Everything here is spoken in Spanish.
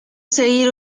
seguir